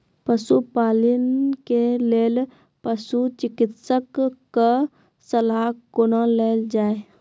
पशुपालन के लेल पशुचिकित्शक कऽ सलाह कुना लेल जाय?